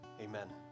amen